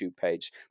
page